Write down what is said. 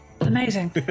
Amazing